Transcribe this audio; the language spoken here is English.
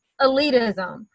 elitism